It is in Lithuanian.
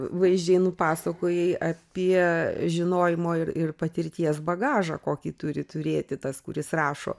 vaizdžiai nupasakojai apie žinojimo ir ir patirties bagažą kokį turi turėti tas kuris rašo